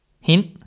Hint